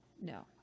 No